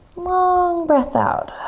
long breath out.